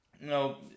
no